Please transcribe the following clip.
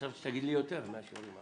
חשבתי שתגיד לי יותר מהשיעורים האחרים.